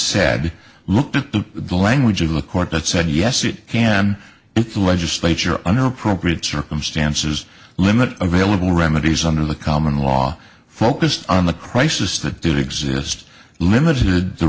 said look to the language of the court that said yes it can it's legislature under appropriate circumstances limit available remedies under the common law focused on the crisis that did exist limited the